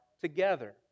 together